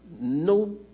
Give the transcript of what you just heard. no